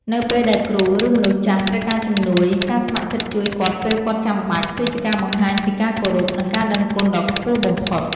នៅពេលដែលគ្រូ ឬមនុស្សចាស់ត្រូវការជំនួយ ការស្ម័គ្រចិត្តជួយគាត់ពេលគាត់ចាំបាច់ គឺជាការបង្ហាញពីការគោរព និងការដឹងគុណដ៏ខ្ពស់បំផុត។